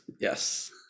Yes